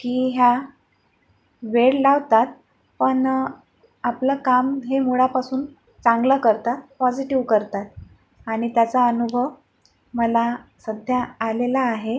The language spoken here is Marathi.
की ह्या वेळ लावतात पण आपलं काम हे मुळापासून चांगलं करतात पॉझिटिव करतात आणि त्याचा अनुभव मला सध्या आलेला आहे